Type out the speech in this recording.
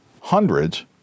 hundreds